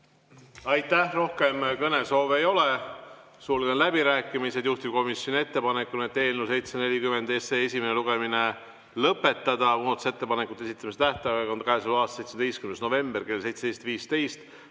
Aitäh! Rohkem kõnesoove ei ole, sulgen läbirääkimised. Juhtivkomisjoni ettepanek on eelnõu 740 esimene lugemine lõpetada. Muudatusettepanekute esitamise tähtaeg on käesoleva aasta 17. november kell 17.15.